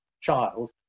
child